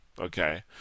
Okay